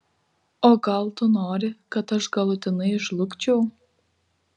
o gal tu nori kad aš galutinai žlugčiau